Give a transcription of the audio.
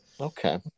Okay